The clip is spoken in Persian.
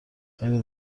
خیلی